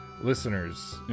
listeners